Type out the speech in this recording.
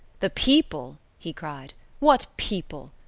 the people he cried. what people?